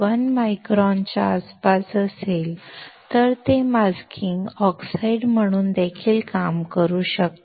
1 मायक्रॉनच्या आसपास असेल तर ते मास्किंग ऑक्साईड म्हणून देखील काम करू शकते